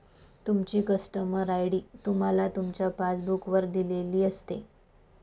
तुमची customer ID तुम्हाला तुमच्या पासबुक वर दिलेली असते